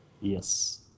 Yes